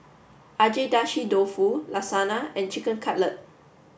Agedashi Dofu Lasagna and Chicken Cutlet